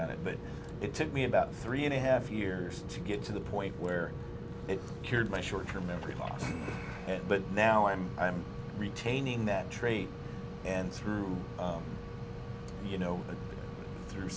on it but it took me about three and a half years to get to the point where it cured my short term memory loss but now i'm i'm retaining that trait and through you know through